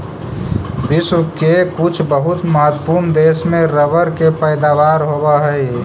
विश्व के कुछ बहुत महत्त्वपूर्ण देश में रबर के पैदावार होवऽ हइ